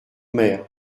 mer